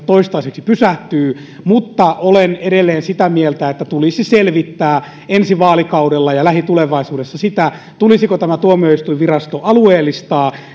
toistaiseksi pysähtyy mutta olen edelleen sitä mieltä että tulisi selvittää ensi vaalikaudella ja lähitulevaisuudessa sitä tulisiko tuomioistuinvirasto alueellistaa